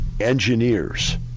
engineers